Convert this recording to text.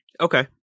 Okay